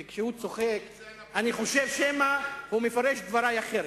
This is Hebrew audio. כי כשהוא צוחק אני חושב שמא הוא מפרש את דברי אחרת.